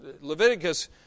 Leviticus